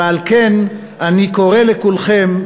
ועל כן אני קורא לכולכם: